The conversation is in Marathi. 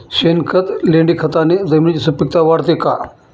शेणखत, लेंडीखताने जमिनीची सुपिकता वाढते का?